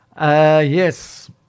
Yes